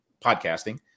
podcasting